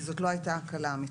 כי זו לא הייתה הקלה אמיתית,